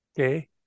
Okay